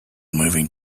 moving